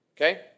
okay